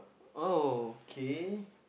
oh K